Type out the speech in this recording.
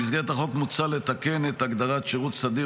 במסגרת החוק מוצע לתקן את הגדרת "שירות סדיר"